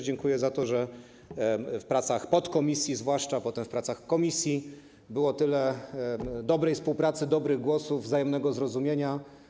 Dziękuję za to, że w pracach zwłaszcza podkomisji, a potem w pracach komisji było tyle dobrej współpracy, dobrych głosów, wzajemnego zrozumienia.